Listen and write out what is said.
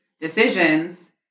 decisions